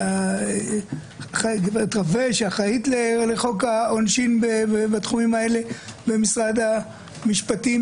הגב' רווה שאחראית לחוק העונשין בתחומים האלה במשרד המשפטים